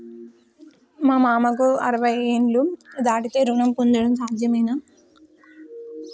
మా మామకు అరవై ఏళ్లు దాటితే రుణం పొందడం సాధ్యమేనా?